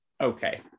Okay